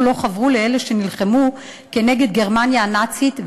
לא חברו לאלה שנלחמו כנגד גרמניה הנאצית,